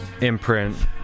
imprint